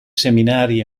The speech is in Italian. seminari